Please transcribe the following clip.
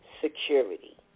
security